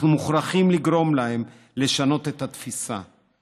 אנחנו מוכרחים לגרום להם לשנות את התפיסה.